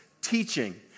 Teaching